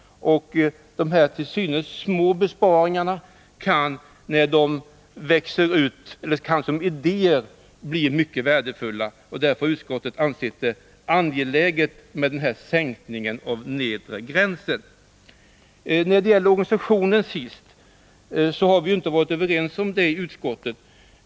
Dessa till synes små besparingar kan som idéer bli mycket värdefulla. Därför har utskottet ansett det angeläget med denna sänkning av den nedre gränsen. Vad till sist gäller organisationen vill jag säga att vi inte har varit överens om denna i utskottet.